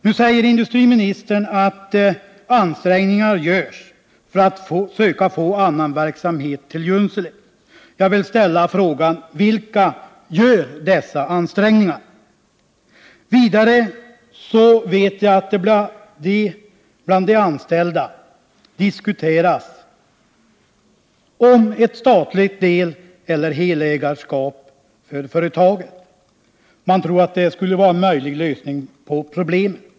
Nu säger industriministern att ansträngningar görs för att söka få annan verksamhet till Junsele. Vilka gör dessa ansträngningar? Bland de anställda diskuteras ett statligt deleller helägarskap för företaget — man tror att detta skulle vara en möjlig lösning av problemet.